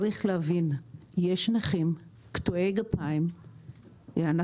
צריך להבין שיש נכים קטועי גפיים שלא